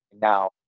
now